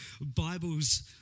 Bibles